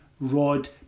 rod